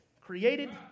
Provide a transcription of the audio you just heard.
Created